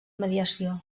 mediació